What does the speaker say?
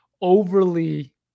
overly –